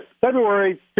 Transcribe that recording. February